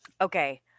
Okay